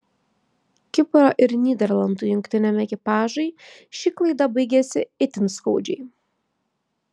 kipro ir nyderlandų jungtiniam ekipažui ši klaida baigėsi itin skaudžiai